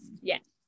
yes